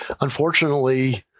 Unfortunately